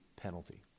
penalty